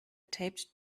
taped